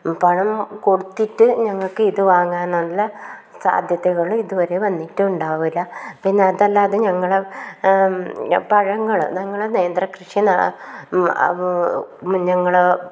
പണം കൊടുത്തിട്ട് ഞങ്ങൾക്ക് ഇത് വാങ്ങാൻ നല്ല സാധ്യതകൾ ഇതുവരെ വന്നിട്ടുണ്ടാവില്ല പിന്നെ അതല്ലാതെ ഞങ്ങൾ പഴങ്ങൾ ഞങ്ങൾ നേന്ത്ര കൃഷി ഞങ്ങൾ